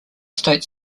state